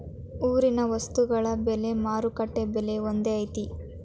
ಊರಿನ ವಸ್ತುಗಳ ಬೆಲೆ ಮಾರುಕಟ್ಟೆ ಬೆಲೆ ಒಂದ್ ಐತಿ?